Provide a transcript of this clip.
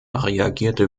reagierte